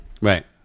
Right